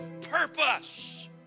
purpose